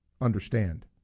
understand